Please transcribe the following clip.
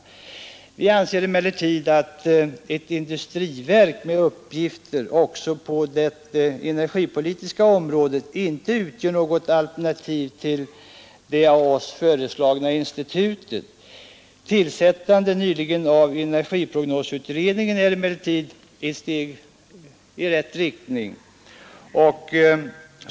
Vi anser emellertid att ett industriverk med uppgifter också på det energipolitiska området inte utgör något alternativ till ett av oss föreslaget institut. Tillsättandet nyligen av energiprognosutredningen är dock ett steg i rätt riktning.